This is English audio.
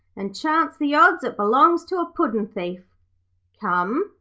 and chance the odds it belongs to a puddin'-thief come,